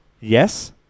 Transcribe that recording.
Yes